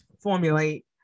formulate